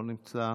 לא נמצא.